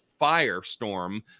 firestorm